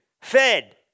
fed